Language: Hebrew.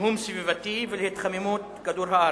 לזיהום סביבתי ולהתחממות כדור-הארץ.